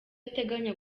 ateganya